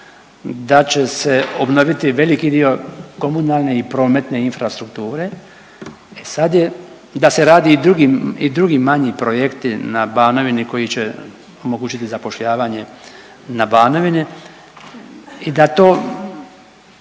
da će se obnoviti veliki dio komunalne i prometne infrastrukture, e sad je da se rade i drugi manji projekti na Banovini koji će omogućiti zapošljavanje na Banovini i da to